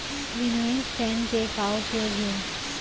Winnowing fan के का उपयोग हे?